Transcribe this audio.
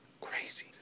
Crazy